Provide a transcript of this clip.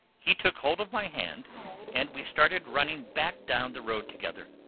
he took hold of my hand and we started running back down the road together.